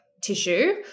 tissue